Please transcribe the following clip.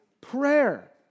prayer